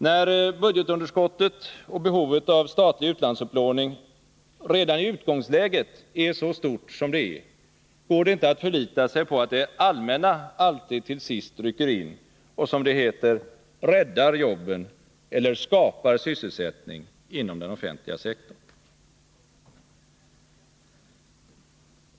När budgetunderskottet och behovet av statlig utlandsupplåning redan i utgångsläget är så stort som det är går det inte att förlita sig på att det allmänna alltid till sist rycker in och, som det heter, räddar jobben eller skapar sysselsättning inom den offentliga sektorn.